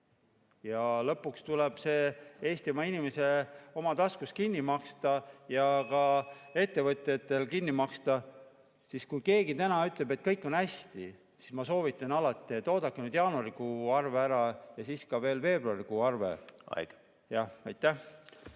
Ja lõpuks tuleb see Eestimaa inimesel oma taskust kinni maksta ja ka ettevõtjatel. Kui keegi täna ütleb, et kõik on hästi, siis ma soovitan alati, et oodake nüüd jaanuarikuu arve ära ja siis ka veel veebruarikuu arve. Okei. Jah. Aitäh!